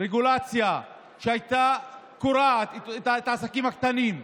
ברגולציה שהייתה קורעת את העסקים הקטנים,